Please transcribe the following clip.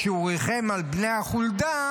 כשהוא ריחם על בני החולדה,